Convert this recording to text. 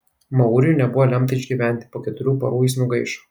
mauriui nebuvo lemta išgyventi po keturių parų jis nugaišo